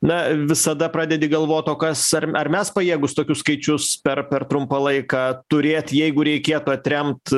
na visada pradedi galvot o kas ar ar mes pajėgūs tokius skaičius per per trumpą laiką turėt jeigu reikėtų atremt